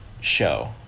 show